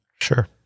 Sure